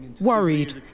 Worried